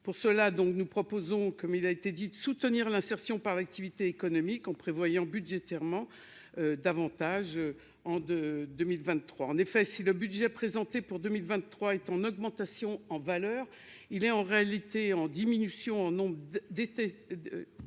pour cela, donc nous proposons comme il a été dit soutenir l'insertion par l'activité économique en prévoyant budgétairement davantage en 2 2023 en effet, si le budget présenté pour 2023 est en augmentation en valeur, il est en réalité en diminution au nom d'été